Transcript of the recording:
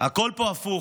הכול פה הפוך.